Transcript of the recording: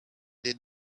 did